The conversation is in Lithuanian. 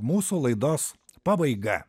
mūsų laidos pabaiga